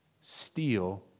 steal